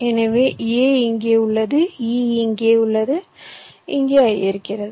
எனவே a இங்கே உள்ளது e இங்கே உள்ளது இங்கே i இருக்கிறது